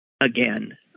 Again